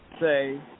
say